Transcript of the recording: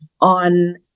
on